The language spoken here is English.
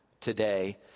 today